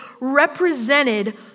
represented